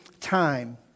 time